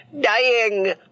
Dying